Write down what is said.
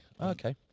Okay